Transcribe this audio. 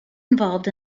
involved